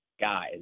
guys